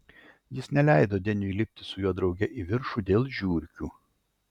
jis neleido deniui lipti su juo drauge į viršų dėl žiurkių